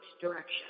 direction